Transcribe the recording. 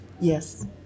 Yes